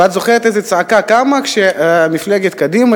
ואת זוכרת איזה צעקה קמה כשמפלגת קדימה